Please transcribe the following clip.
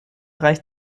reicht